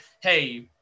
hey